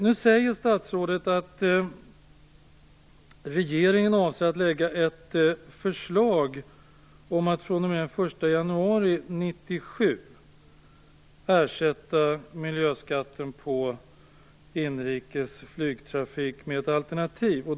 Nu säger statsrådet att regeringen avser att lägga ett förslag om att fr.o.m. den 1 januari 1997 ersätta miljöskatten på inrikes flygtrafik med ett alternativ.